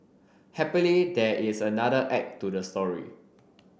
happily there is another act to the story